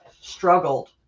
struggled